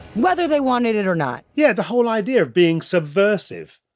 whether they wanted it or not yeah the whole idea of being subversive,